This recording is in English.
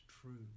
true